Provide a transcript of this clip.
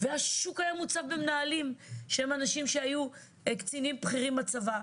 והשוק היה מוצף במנהלים שהם אנשים שהיו קצינים בכירים בצבא,